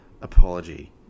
apology